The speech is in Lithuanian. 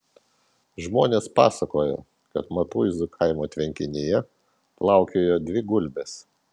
žmonės pasakojo kad matuizų kaimo tvenkinyje plaukiojo dvi gulbės